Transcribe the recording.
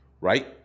right